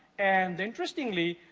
and interestingly,